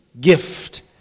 gift